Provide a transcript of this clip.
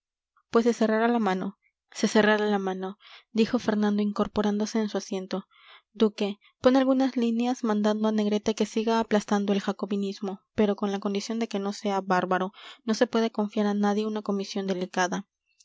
pues se cerrará la mano se cerrará la mano dijo fernando incorporándose en su asiento duque pon algunas líneas mandando a negrete que siga aplastando el jacobinismo pero con la condición de que no sea bárbaro no se puede confiar a nadie una comisión delicada